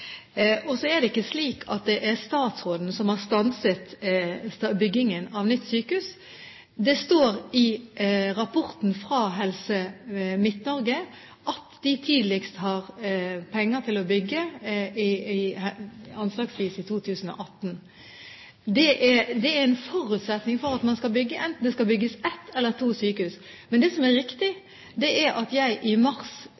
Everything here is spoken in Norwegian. Så er det ikke slik at det er statsråden som har stanset byggingen av nytt sykehus. Det står i rapporten fra Helse Midt-Norge at de tidligst har penger til å bygge – anslagsvis – i 2018. Det er en forutsetning for at man skal bygge, enten det skal bygges ett eller to sykehus. Men det som er riktig, er at jeg i mars